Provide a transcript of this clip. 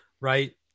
right